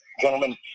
gentlemen